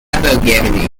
abergavenny